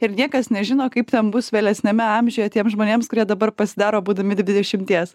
ir niekas nežino kaip ten bus vėlesniame amžiuje tiems žmonėms kurie dabar pasidaro būdami dvidešimties